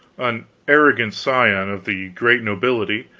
an arrogant scion of the great nobility,